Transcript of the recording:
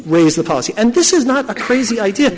raise the policy and this is not a crazy idea